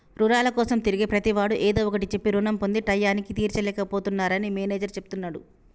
రుణాల కోసం తిరిగే ప్రతివాడు ఏదో ఒకటి చెప్పి రుణం పొంది టైయ్యానికి తీర్చలేక పోతున్నరని మేనేజర్ చెప్తున్నడు